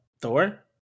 Thor